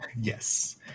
Yes